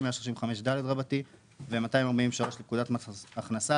135ד ו -243 לפקודת מס הכנסה,